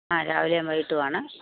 ആ രാവിലെയും വൈകീട്ടും ആണ്